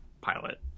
pilot